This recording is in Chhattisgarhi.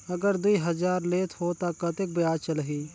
अगर दुई हजार लेत हो ता कतेक ब्याज चलही?